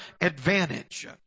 advantage